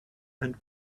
and